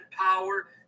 power